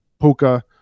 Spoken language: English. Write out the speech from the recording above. Puka